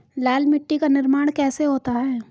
लाल मिट्टी का निर्माण कैसे होता है?